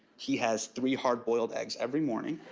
he has three hard-boiled eggs every morning,